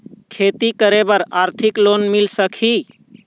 खेती करे बर आरथिक लोन मिल सकही?